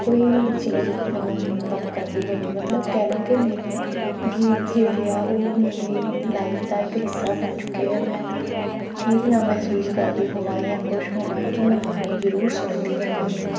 ਕੋਈ ਵੀ ਚੀਜ਼ ਮੈਨੂੰ ਤੰਗ ਕਰਦੀ ਹੋਵੇ ਮਤਲਬ ਕਹਿ ਲਓ ਕਿ ਮੇਰੇ ਗੀਤ ਜਿਹੜੇ ਆ ਉਹ ਮੇਰੀ ਲਾਈਫ ਦਾ ਇੱਕ ਹਿੱਸਾ ਬਣ ਚੁੱਕੇ ਆ ਮੈਂ ਠੀਕ ਨਾ ਮਹਿਸੂਸ ਕਰਦੀ ਹੋਵਾਂ ਜਾਂ ਖੁਸ਼ ਹੋਵਾਂ ਸੋ ਮੈਂ ਗਾਣੇ ਜ਼ਰੂਰ ਸੁਣਦੀ ਹਾਂ ਗਾਉਂਦੀ ਹਾਂ